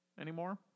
anymore